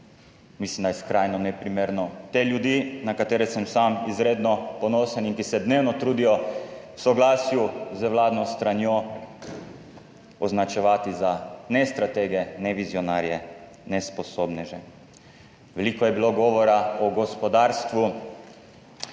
Mislim, da je skrajno neprimerno te ljudi, na katere sem sam izredno ponosen in ki se dnevno trudijo v soglasju z vladno stranjo, označevati za nestratege, nevizionarje, nesposobneže. Veliko je bilo govora o gospodarstvu.